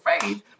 faith